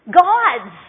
God's